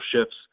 shifts